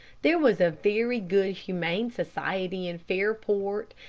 there was a very good humane society in fairport,